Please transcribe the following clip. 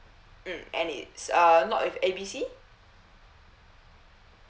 mm and it's uh not with A B C